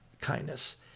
kindness